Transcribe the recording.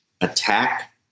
attack